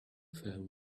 foam